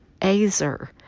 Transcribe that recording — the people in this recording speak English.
Azer